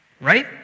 Right